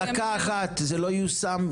דקה אחת, זה לא יושם שניה אחת.